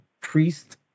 priest